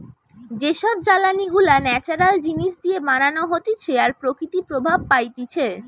যে সব জ্বালানি গুলা ন্যাচারাল জিনিস দিয়ে বানানো হতিছে আর প্রকৃতি প্রভাব পাইতিছে